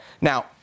Now